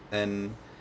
and